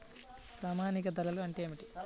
ప్రామాణిక ధరలు అంటే ఏమిటీ?